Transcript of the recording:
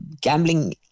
gambling